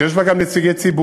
שיש בה גם נציגי ציבור,